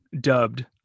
dubbed